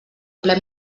ple